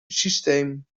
systeem